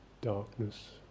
darkness